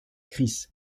chris